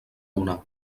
donar